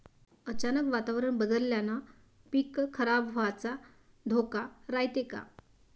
अचानक वातावरण बदलल्यानं पीक खराब व्हाचा धोका रायते का?